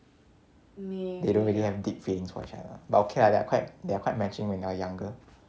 they don't really have deep feelings for each other but okay lah they quite they are quite matching when they are younger